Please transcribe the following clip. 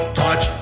touch